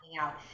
out